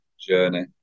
journey